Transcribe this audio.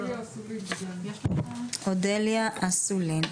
אודליה אסולין.